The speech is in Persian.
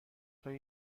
های